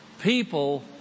People